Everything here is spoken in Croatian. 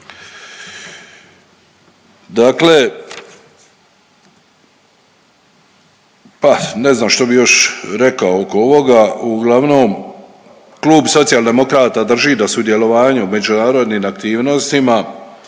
Dakle, pa ne znam šta bi još rekao oko ovoga, uglavnom klub Socijaldemokrata drži da sudjelovanjem u međunarodnim aktivnostima